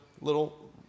little